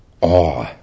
awe